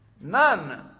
None